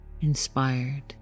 inspired